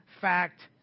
fact